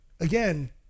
Again